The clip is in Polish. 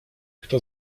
kto